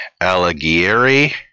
Alighieri